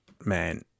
man